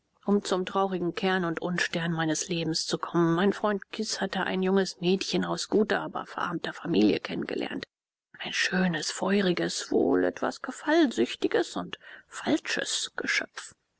um zum traurigen kern und unstern meines lebens zu kommen mein freund kis hatte ein junges mädchen aus guter aber verarmter familie kennen gelernt ein schönes feuriges wohl etwas gefallsüchtiges und falsches geschöpf